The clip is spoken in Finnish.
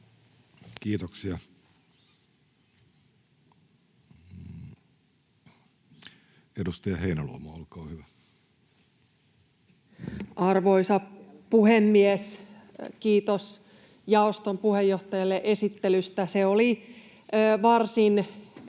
Kiitoksia. — Edustaja Heinäluoma, olkaa hyvä. Arvoisa puhemies! Kiitos jaoston puheenjohtajalle esittelystä. Se oli varsin reilu